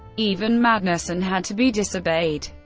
even madness, and had to be disobeyed.